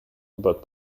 about